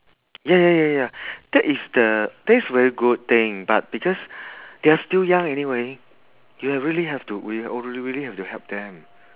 ya ya ya ya that is the that's very good thing but because they're still young anyway you'll really have to you'll really really have to help them